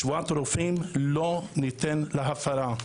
שבועת הרופאים לא ניתנת להפרה.